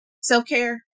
Self-care